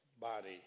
body